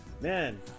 man